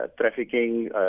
trafficking